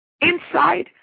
inside